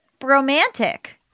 romantic